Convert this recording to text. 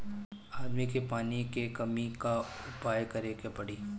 आदमी के पानी के कमी क उपाय करे के पड़ी